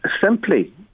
Simply